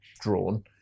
drawn